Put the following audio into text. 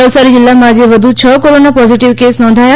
નવસારી જીલ્લામાં આજે વધુ છ કોરોના પોઝીટીવ કેસ નોંધાયા